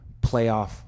playoff